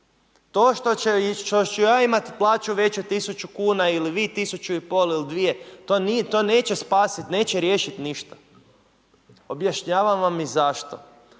To što ću ja imati plaću veću od 1000 kuna ili vi 1500 ili 2000, to neće spasiti, neće riješiti ništa. Objašnjavam vam i zašto,